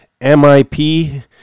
MIP